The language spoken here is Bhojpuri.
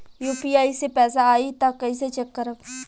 यू.पी.आई से पैसा आई त कइसे चेक खरब?